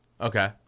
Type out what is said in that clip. Okay